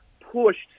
pushed